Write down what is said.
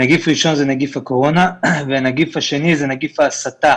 נגיף ראשון זה נגיף הקורונה והנגיף השני זה נגיף ההסתה